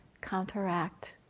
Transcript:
counteract